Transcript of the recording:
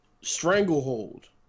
Stranglehold